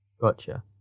Gotcha